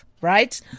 right